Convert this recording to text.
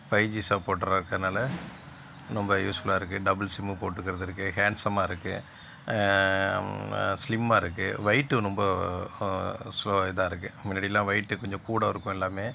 five G சப்போட்டராக இருக்கிறதுனால ரொம்ப யூஸ்ஃபுல்லாக இருக்குது டபுள் சிம்மு போட்டுக்கிறது இருக்குது ஹேன்சம்மா இருக்குது ஸ்லிம்மாக இருக்குது வெயிட்டு ரொம்ப ஸோ இதாக இருக்குது முன்னாடிலாம் வெயிட்டு கொஞ்சம் கூட இருக்கும் எல்லாமே